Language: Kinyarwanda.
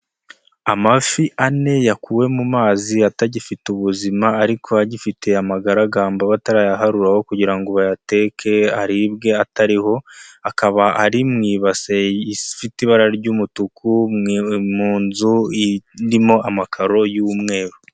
Amafi ane, yakuwe mu mazi atagifite ubuzima ariko agifite amagaragamba batarayaharuraho kugira ngo bayateke aribwe atariho, akaba ari mu ibasiye ifite ibara ry'umutuku, mu nzu irimo amakaro y'umweru.